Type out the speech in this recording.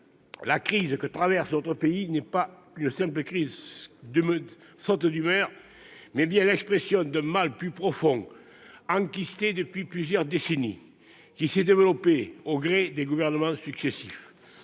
la crise que traverse notre pays n'est pas qu'une simple saute d'humeur, elle est l'expression d'un mal plus profond, enkysté depuis plusieurs décennies, qui s'est développé au gré de gouvernements successifs.